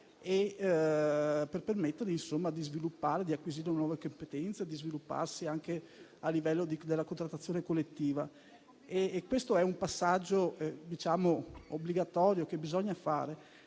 per permettere di acquisire nuove competenze e di svilupparsi anche a livello di contrattazione collettiva. Si tratta di un passaggio obbligatorio, che bisogna fare.